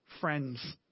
friends